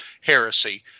heresy